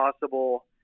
possible